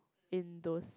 in those